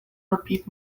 repeat